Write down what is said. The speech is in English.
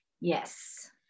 Yes